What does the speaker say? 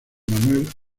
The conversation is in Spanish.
manuel